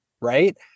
right